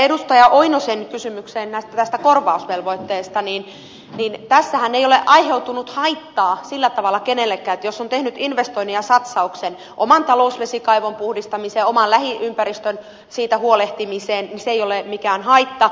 pentti oinosen kysymykseen korvausvelvoitteesta niin tässähän ei ole aiheutunut haittaa sillä tavalla kenellekään että jos on tehnyt investoinnin ja satsauksen oman talousvesikaivon puhdistamiseen ja omasta lähiympäristöstä huolehtimiseen niin se ei ole mikään haitta